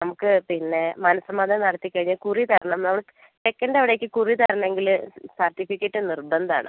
നമുക്ക് പിന്നെ മനസ്സമ്മതം നടത്തി കഴിഞ്ഞ് കുറി തരണം ചെക്കന്റെ അവിടേക്ക് കുറി തരണമെങ്കിൽ സർട്ടിഫിക്കറ്റ് നിർബന്ധം ആണ്